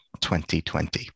2020